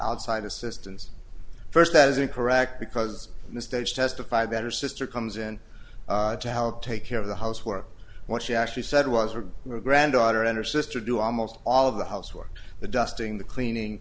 outside assistance first that is incorrect because mistakes testified better sister comes in to help take care of the housework what she actually said was her granddaughter and her sister do almost all of the housework the dusting the cleaning